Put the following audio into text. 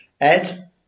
Ed